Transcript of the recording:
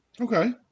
okay